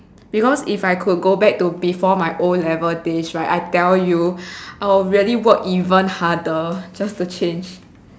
because if I could go back to before my o'level days right I tell you I will really work even harder just to change